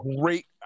Great